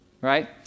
right